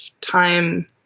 time